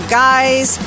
guys